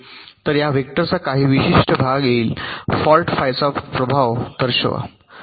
तर या वेक्टरचा काही विशिष्ट भाग येईल फॉल्ट फायचा प्रभाव दर्शवा